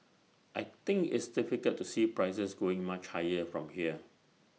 I think it's difficult to see prices going much higher from here